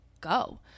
go